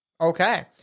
Okay